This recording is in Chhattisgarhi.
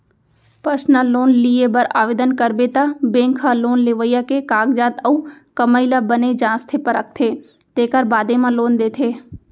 पर्सनल लोन लिये बर ओवदन करबे त बेंक ह लोन लेवइया के कागजात अउ कमाई ल बने जांचथे परखथे तेकर बादे म लोन देथे